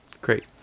Great